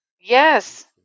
Yes